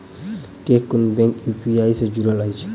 केँ कुन bank UPI सँ जुड़ल अछि?